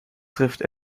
trifft